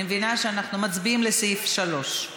אני מבינה שאנחנו מצביעים על סעיף 3,